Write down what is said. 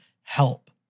help